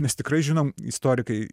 mes tikrai žinom istorikai